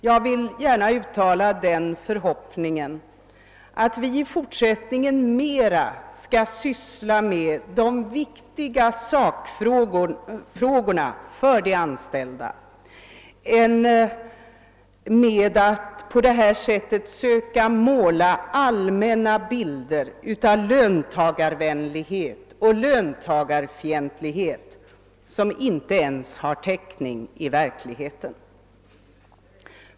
Jag vill gärna uttala den förhoppningen att vi i fortsättningen mera skall syssla med de viktiga sakfrågor som berör de anställda och mindre med att på detta sätt söka måla upp allmänna bilder av löntagarvänlighet och löntagarfientlighet som inte har någon täckning i verkligheten.